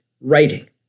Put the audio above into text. writing